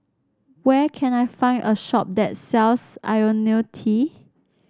where can I find a shop that sells IoniL T